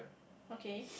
okay